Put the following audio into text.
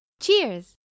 Cheers